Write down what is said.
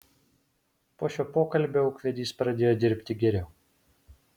po šio pokalbio ūkvedys pradėjo dirbti geriau